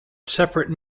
separate